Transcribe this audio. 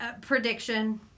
prediction